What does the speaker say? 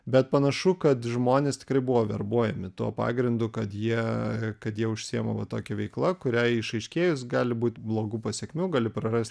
bet panašu kad žmonės tikrai buvo verbuojami tuo pagrindu kad jie kad jie užsiema va tokia veikla kuriai išaiškėjus gali būt blogų pasekmių gali prarast